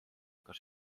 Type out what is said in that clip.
kas